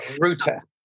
Router